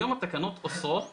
היום התקנות אוסרות